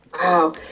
Wow